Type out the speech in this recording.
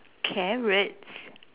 carrots